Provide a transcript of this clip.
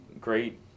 great